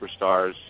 superstars